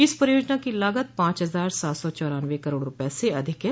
इस परियोजना की लागत पांच हजार सात सौ चौरान्बे करोड़ रूपये से अधिक है